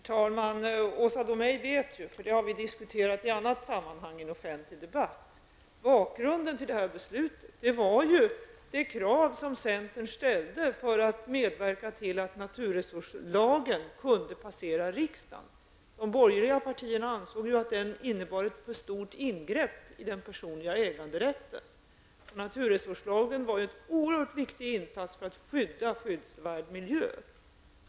Herr talman! Åsa Domeij känner till -- det har vi diskuterat i annat sammanhang i offentlig debatt -- bakgrunden till beslutet. Centern ställde detta krav för att medverka till att naturresurslagen kunde passera riksdagen. De borgerliga partierna ansåg att den innebar ett för stort ingrepp i den personliga äganderätten. Naturresurslagen var en oerhört viktig insats för att skydda skyddsvärd miljö.